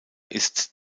ist